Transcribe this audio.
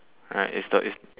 alright is the is